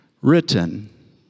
written